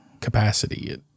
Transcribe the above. capacity